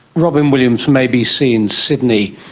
robyn williams from abc in sydney.